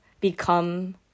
become